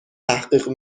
تحقیق